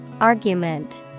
Argument